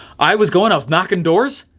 i was going i was knocking doors.